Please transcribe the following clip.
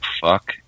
Fuck